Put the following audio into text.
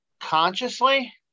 consciously